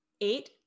eight